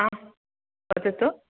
आं वदतु